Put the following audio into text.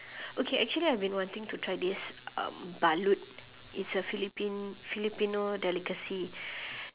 okay actually I've been wanting to try this um balut it's a philippine filipino delicacy